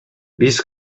биз